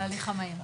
להליך המהיר.